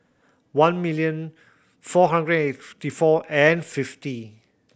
one million four hundred eighty four and fifty